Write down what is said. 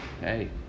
hey